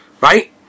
right